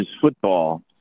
football